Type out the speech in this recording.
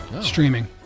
streaming